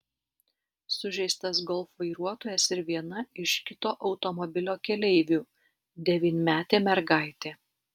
sužeistas golf vairuotojas ir viena iš kito automobilio keleivių devynmetė mergaitė